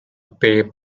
pay